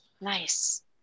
nice